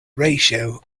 ratio